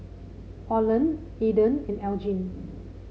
Orland Aidan and Elgin